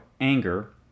Anger